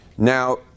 Now